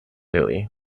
lily